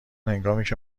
هنگامیکه